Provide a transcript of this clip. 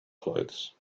clothes